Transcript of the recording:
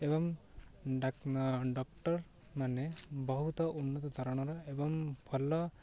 ଏବଂ ଡକ୍ଟର ମାନେ ବହୁତ ଉନ୍ନତ ଧରଣର ଏବଂ ଭଲ